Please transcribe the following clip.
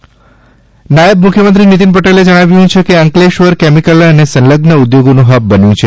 નીતીનભાઈ નાયબ મુખ્યમંત્રી શ્રી નીતીન પટેલે જણાવ્યું છે કે અંકલેશ્વર કેમિકલ અને સંલઝ્ન ઉધોગોનું હબ બન્યું છે